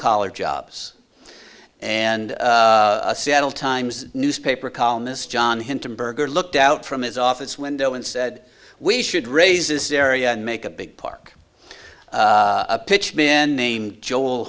collar jobs and seattle times newspaper columnist john hinton berger looked out from his office window and said we should raise this area and make a big park pitch been named joel